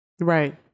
Right